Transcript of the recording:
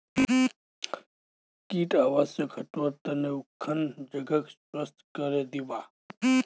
कीट आवासक हटव्वार त न उखन जगहक स्वच्छ करे दीबा